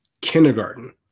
Kindergarten